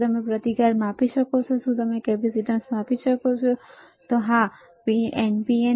શું તમે પ્રતિકાર માપી શકો છો હા કેપેસીટન્સ હા બરાબર